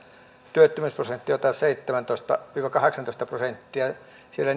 työttömyysprosentti on jotain seitsemäntoista viiva kahdeksantoista prosenttia siellä